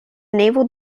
naval